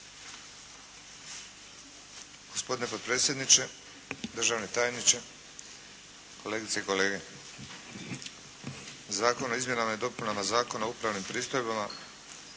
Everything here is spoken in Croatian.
Gospodine potpredsjedniče, državni tajniče, kolegice i kolege. Zakon o izmjenama i dopunama Zakona o upravnim pristojbama